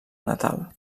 natal